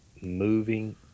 moving